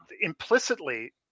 implicitly